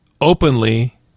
openly